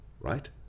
right